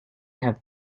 have